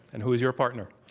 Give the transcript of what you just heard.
and who is your partner?